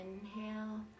inhale